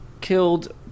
killed